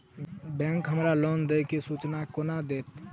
Bank हमरा loan देय केँ सूचना कोना देतय?